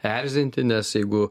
erzinti nes jeigu